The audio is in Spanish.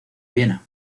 viena